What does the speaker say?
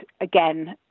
again